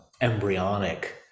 embryonic